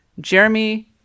Jeremy